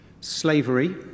slavery